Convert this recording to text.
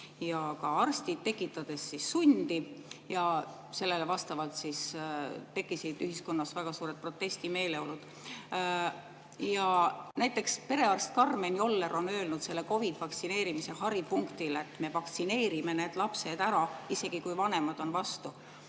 ja ka arstid, tekitades sundi. Sellele vastavalt tekkisid ühiskonnas väga suured protestimeeleolud. Näiteks perearst Karmen Joller on öelnud COVID‑i vaktsineerimise haripunktil, et me vaktsineerime need lapsed ära, isegi kui vanemad on vastu.